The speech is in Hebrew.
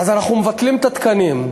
אז אנחנו מבטלים את התקנים.